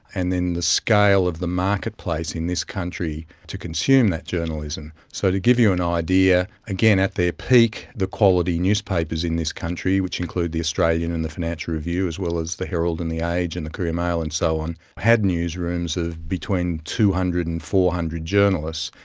and then the scale of the marketplace in this country to consume that journalism. so to give you an idea, again at their peak the quality newspapers in this country, which includes the australian and the financial review, as well as the herald and the age and the courier mail and so on, had newsrooms of between two hundred and four hundred journalists.